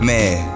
Man